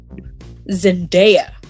Zendaya